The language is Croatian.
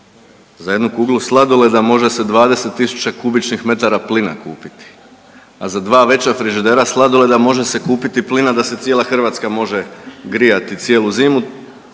Za jednu kuglu sladoleda može se 20 tisuća kubičnih metara plina kupiti, a za dva veća frižidera sladoleda može se kupiti plina da se cijela Hrvatska može grijati cijelu zimu